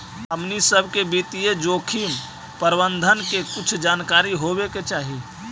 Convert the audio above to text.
हमनी सब के वित्तीय जोखिम प्रबंधन के कुछ जानकारी होवे के चाहि